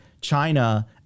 China